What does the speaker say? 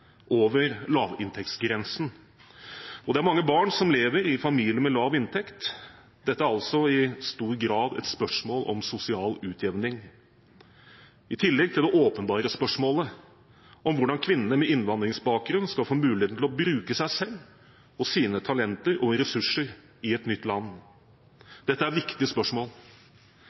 over lavinntektsgrensen. Det er mange barn som lever i familier med lav inntekt. Dette er i stor grad et spørsmål om sosial utjevning, i tillegg til det åpenbare spørsmålet om hvordan kvinnene med innvandringsbakgrunn skal få mulighet til å bruke seg selv og sine talenter og ressurser i et nytt land.